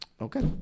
okay